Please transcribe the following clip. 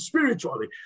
spiritually